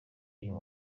uyu